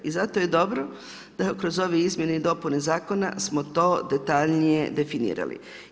I zato je dobro, da kroz ove izmjene i dopune zakona smo to detaljnije definirali.